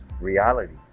reality